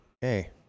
hey